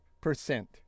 percent